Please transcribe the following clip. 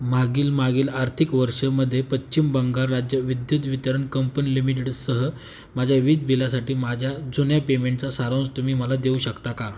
मागील मागील आर्थिक वर्षामध्ये पश्चिम बंगाल राज्य विद्युत वितरण कंपनी लिमिटेडसह माझ्या विजबिलासाठी माझ्या जुन्या पेमेंटचा सारांश तुम्ही मला देऊ शकता का